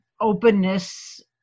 openness